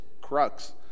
crux